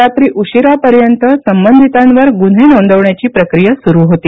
रात्री उशिरापर्यंत संबंधितांविरूध्द गुन्हे नोंदविण्याची प्रकिया सुरू होती